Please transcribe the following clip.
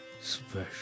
special